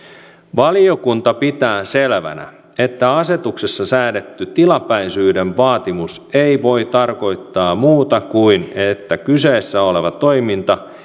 valiokunta pitää selvänä että asetuksessa säädetty tilapäisyyden vaatimus ei voi tarkoittaa muuta kuin että kyseessä oleva toiminta